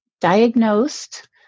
Diagnosed